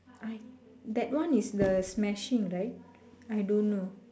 I that one is the smashing right I don't know